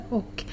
och